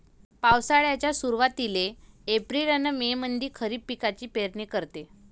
पावसाळ्याच्या सुरुवातीले एप्रिल अन मे मंधी खरीप पिकाची पेरनी करते